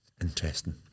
Interesting